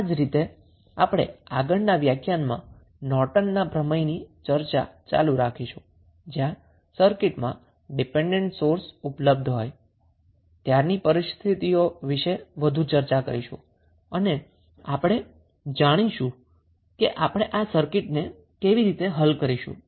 આ રીતે જ આપણે આગળના લેક્ચરમાં નોર્ટનના થીયરમની ચર્ચા ચાલુ રાખીશું જ્યાં સર્કિટમાં ડિપેન્ડન્ટ સોર્સ ઉપલબ્ધ હોય ત્યારની પરિસ્થિતિઓ વિશે વધુ ચર્ચા કરીશું અને આપણે જાણીશું કે આપણે તે સર્કિટને કેવી રીતે હલ કરીશું